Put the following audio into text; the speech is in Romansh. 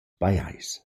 pajais